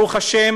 ברוך ה',